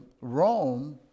Rome